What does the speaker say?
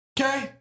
Okay